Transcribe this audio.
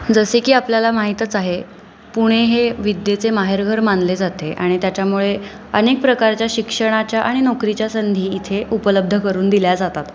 जसे की आपल्याला माहीतच आहे पुणे हे विद्येचे माहेरघर मानले जाते आणि त्याच्यामुळे अनेक प्रकारच्या शिक्षणाच्या आणि नोकरीच्या संधी इथे उपलब्ध करून दिल्या जातात